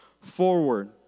forward